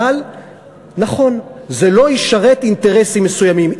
אבל, נכון, זה לא ישרת אינטרסים מסוימים.